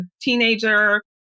teenager